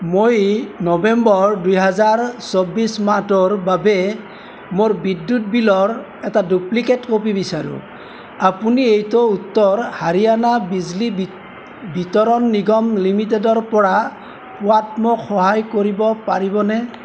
মই নৱেম্বৰ দুহেজাৰ চৌবিছ মাহটোৰ বাবে মোৰ বিদ্যুৎ বিলৰ এটা ডুপ্লিকেট কপি বিচাৰোঁ আপুনি এইটো উত্তৰ হাৰিয়ানা বিজলী বিত বিতৰণ নিগম লিমিটেডৰপৰা পোৱাত মোক সহায় কৰিব পাৰিবনে